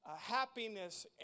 happiness